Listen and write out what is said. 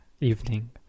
evening